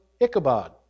Ichabod